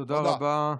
תודה רבה.